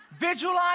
visualize